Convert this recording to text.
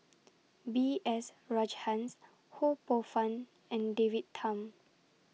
B S Rajhans Ho Poh Fun and David Tham